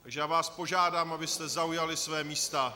Takže já vás požádám, abyste zaujali svá místa.